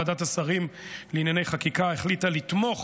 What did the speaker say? ועדת השרים לענייני חקיקה החליטה לתמוך